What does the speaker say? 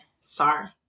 Sorry